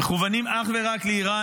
מכוונים אך ורק לאיראן,